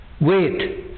Wait